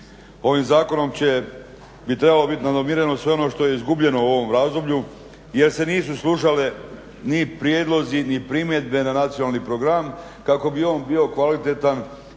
Ovim zakonom bi trebalo biti nanormirano sve ono što je izgubljeno u ovom razdoblju jer se nisu slušali ni prijedlozi ni primjedbe na nacionalni program kako bi on bio kvalitetan